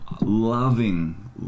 loving